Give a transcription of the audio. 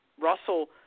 Russell